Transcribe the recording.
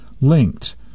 linked